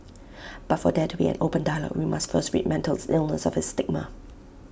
but for there to be an open dialogue we must first rid mental illness of its stigma